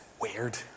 weird